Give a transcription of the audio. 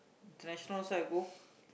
international also I go